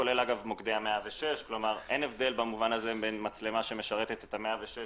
כולל מוקדי 106. כלומר אין הבדל במובן הזה בין מצלמה שמשרתת את 106